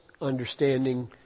understanding